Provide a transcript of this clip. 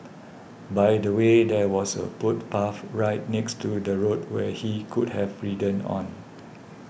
by the way there was a footpath right next to the road where he could have ridden on